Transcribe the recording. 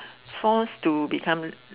forced to become